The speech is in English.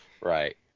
Right